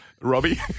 Robbie